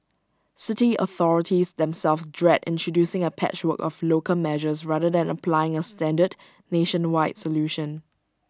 city authorities themselves dread introducing A patchwork of local measures rather than applying A standard nationwide solution